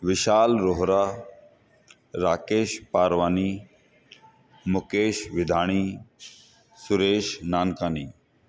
Vishal Rohra Rakesh Parwani Mukesh Vidhani Suresh Nankani